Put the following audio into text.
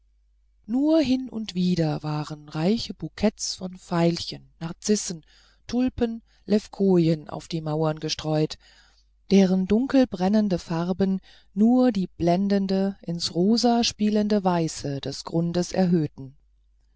nur hin und wieder waren reiche buketts von veilchen narzissen tulpen levkoyen auf die mauern gestreut deren dunkelbrennende farben nur die blendende ins rosa spielende weiße des grundes erhöhten